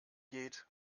geht